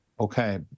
Okay